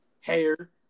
hair